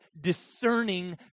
discerning